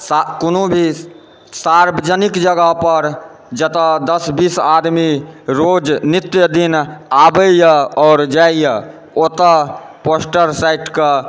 कोनो भी सार्वजनिक जगहपर जतऽ दस बीस आदमी रोज नित्य दिन आबैए आओर जाइए ओतऽ पोस्टर साटिकऽ